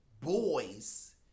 boys